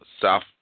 South